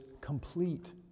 complete